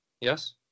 Yes